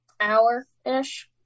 hour-ish